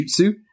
jutsu